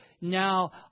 now